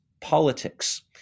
politics